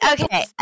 Okay